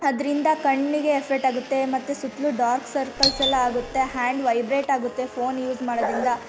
ಅದರಿಂದ ಕಣ್ಣಿಗೆ ಎಫೆಟ್ ಆಗುತ್ತೆ ಮತ್ತೆ ಸುತ್ತಲೂ ಡಾರ್ಕ್ ಸರ್ಕಲ್ಸ್ ಎಲ್ಲ ಆಗುತ್ತೆ ಹ್ಯಾಂಡ್ ವೈಬ್ರೆಟ್ ಆಗುತ್ತೆ ಫೋನ್ ಯೂಸ್ ಮಾಡೋದ್ರಿಂದ